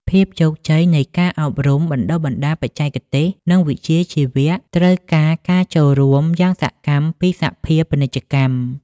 ភាពជោគជ័យនៃការអប់រំបណ្ដុះបណ្ដាលបច្ចេកទេស និងវិជ្ជាជីវៈ ត្រូវការការចូលរួមយ៉ាងសកម្មពីសភាពាណិជ្ជកម្ម។